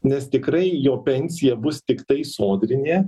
nes tikrai jo pensija bus tiktai sodrinė